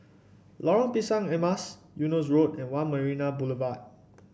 Lorong Pisang Emas Eunos Road and One Marina Boulevard